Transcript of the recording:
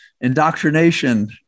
indoctrination